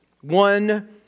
One